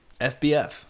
FBF